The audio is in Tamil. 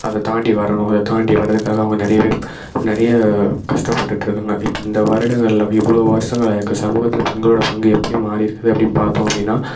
அதை தாண்டி வரணும் அதை தாண்டி வரதுக்காக அவங்க நிறையவே நிறைய கஷ்டப்பட்டுட்ருக்காங்க இப் இந்த வருடங்களில் இவ்வளோ வருஷங்கள் ஆயிருக்கு சமூகத்தில் பெண்களோட பங்கு எப்படி மாறி இருக்குது அப்படின்னு பார்த்தோம் அப்படின்னா